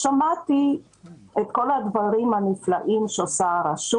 שמעתי את כל הדברים הנפלאים שעושה הרשות